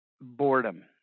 boredom